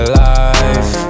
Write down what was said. life